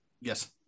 Yes